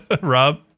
Rob